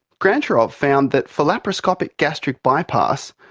grantcharov found that for laparoscopic gastric bypass,